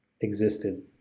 existed